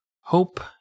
Hope